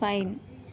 fine